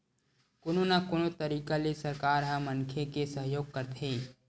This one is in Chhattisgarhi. कोनो न कोनो तरिका ले सरकार ह मनखे के सहयोग करथे